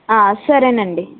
సరే అండి